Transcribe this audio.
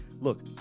Look